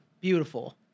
Beautiful